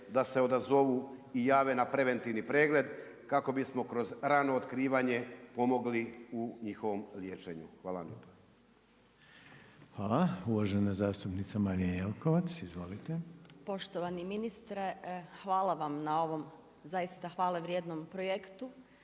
da se odazovu i jave na preventivni pregled, kako bismo kroz rano otkrivanje pomogli u njihovom liječenju. Hvala vam lijepa. **Reiner, Željko (HDZ)** Hvala. Uvažena zastupnica Marija Jelkovac. Izvolite. **Jelkovac, Marija (HDZ)** Poštovani ministre hvala vam na ovom, zaista hvale vrijednom projektu.